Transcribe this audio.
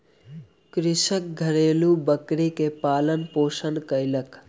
कृषक घरेलु बकरी के पालन पोषण कयलक